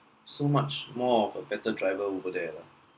so much more of a better driver over there lah